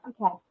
okay